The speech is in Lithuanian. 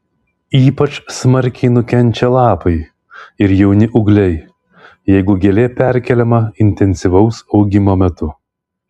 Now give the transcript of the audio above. ypač smarkiai nukenčia lapai ir jauni ūgliai jeigu gėlė perkeliama intensyvaus augimo metu